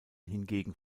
hingegen